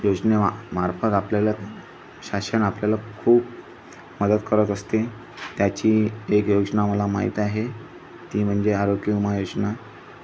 योजने मा मार्फत आपल्याला शासन आपल्याला खूप मदत करत असते त्याची एक योजना मला माहीत आहे ती म्हणजे आरोग्य विमा योजना